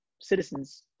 citizens